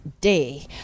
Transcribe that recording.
day